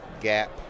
gap